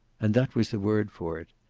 and that was the word for it.